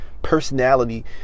personality